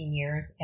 years